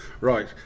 right